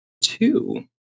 two